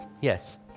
Yes